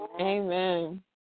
Amen